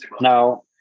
Now